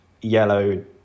yellow